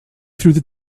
through